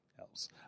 else